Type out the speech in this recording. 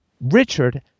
Richard